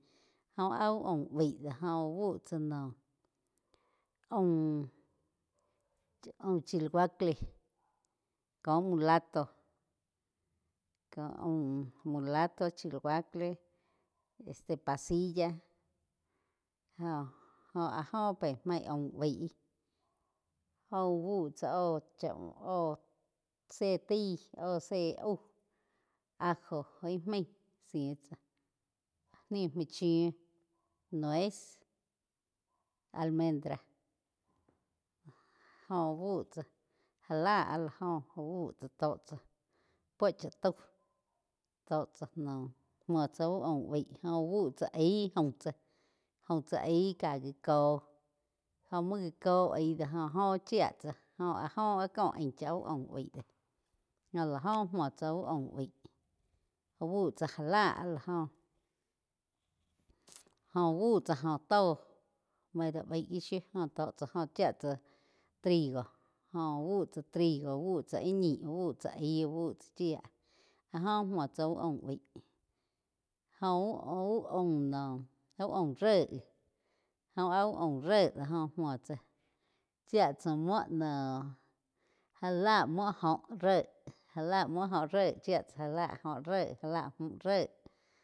Jóh áh úh aum baí do go úh bu tsá noh aum chiuacle koh mulato ko aum mulato, chiuacle este pasilla joh áh óh pe main aum baí jóh úhh búh tsá oh chá óh zé taí óh zé aú ajo imaig siu tsáh níu má chíu nuez, almendra óh úh bu tsá já la áh la joh úh bú tsá tó cha puo cha tau tó cha noh múo tsá úh aum baíg jóh úh bú tsá aig aum tsá haig ká gá cóh, gó muo gá có aig do joh óh chía tsá jo áh óh ko ain chá úh aum baí do jóh la óh múo tsá úh aum baíh. Úh búh tsá já la áh la joh jóh úh bú tsa jo to medio baíg gi shiu tó chá jó chía tzá trigo óh úh bu tsá trigo úh buh tsá ih ñi úh bu tsá aig úh bu tsá chía áh jo muo tsá úh aum baí jó uh-uh aum noh uh aúm ré óh áh úh aum ré jo múo tsá chía tsá múo noh já lá múo joh ré, já la muo jo ré chía tsá já lá joh ré já la múh réh.